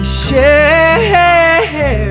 share